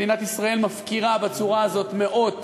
מדינת ישראל מפקירה בצורה הזאת מאות